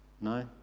No